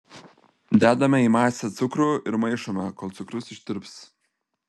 dedame į masę cukrų ir maišome kol cukrus ištirps